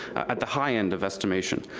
at the high end of estimation.